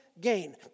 gain